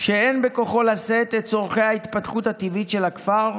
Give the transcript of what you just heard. שאין בכוחו לשאת את צורכי ההתפתחות הטבעית של הכפר.